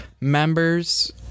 members